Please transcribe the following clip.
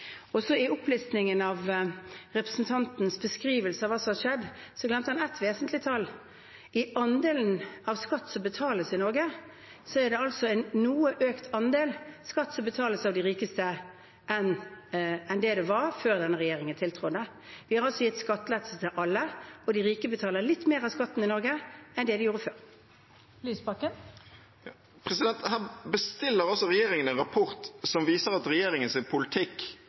I opplistingen i representantens beskrivelse av hva som har skjedd, glemte han ett vesentlig tall. Når det gjelder andelen skatt som betales i Norge, er det altså en noe økt andel skatt som betales av de rikeste, i forhold til det det var før denne regjeringen tiltrådte. Vi har altså gitt skattelettelse til alle, og de rike betaler litt mer av skatten i Norge enn det de gjorde før. Her bestiller altså regjeringen en rapport, som viser at regjeringens politikk